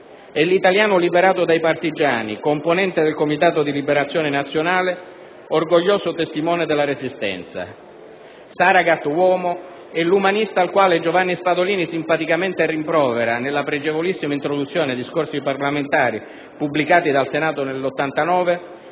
è l'italiano liberato dai partigiani, componente del Comitato di Liberazione Nazionale, orgoglioso testimone della resistenza. Saragat uomo è l'umanista al quale Giovanni Spadolini simpaticamente rimprovera - nella pregevolissima introduzione ai discorsi pubblicati dal Senato nel 1989